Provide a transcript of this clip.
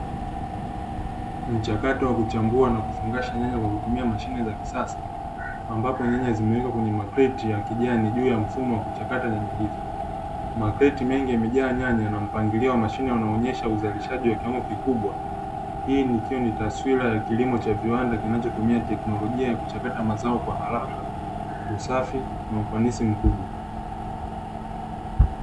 Mchakato wa kuchambua na kufungasha nyanya kwa kutumia mashine za kisasa ambapo nyanya zimewekwa kwenye makreti ya kijani juu ya mfumo wa kuchakata nyanya hizo. Makreti mengi yamejaa nyanya na mpangilio wa mashine unaonyesha uzalishaji wa kiwango kikubwa. Hii ikiwa ni taswira ya kilimo cha viwanda kinachotumia teknolojia ya kuchakata mazao kwa haraka, usafi na ufanisi mkubwa.